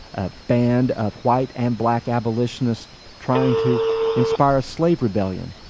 a band of white and black abolitionists trying to inspire slave rebellion.